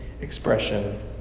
expression